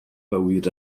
bywyd